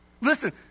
Listen